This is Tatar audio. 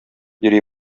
йөри